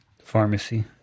Pharmacy